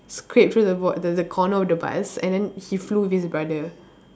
scrape through the bot~ the the corner of the bus and then he flew with his brother